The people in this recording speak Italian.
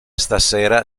stasera